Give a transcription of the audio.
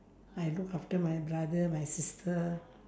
I look after my brother my sister